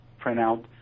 printout